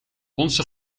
onze